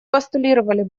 постулировали